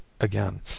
again